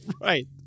Right